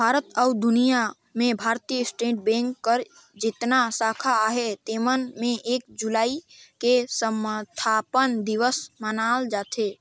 भारत अउ दुनियां में भारतीय स्टेट बेंक कर जेतना साखा अहे तेमन में एक जुलाई के असथापना दिवस मनाल जाथे